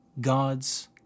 God's